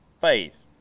faith